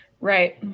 right